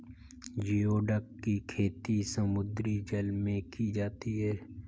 geoduck की खेती समुद्री जल में की जाती है